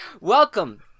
Welcome